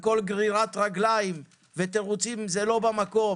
וכל גרירת רגליים ותירוצים זה לא במקום.